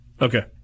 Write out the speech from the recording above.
Okay